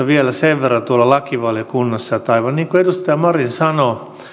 vielä sen verran asiantuntijakuulemisista tuolla lakivaliokunnassa että aivan niin kuin edustaja marin